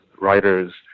writers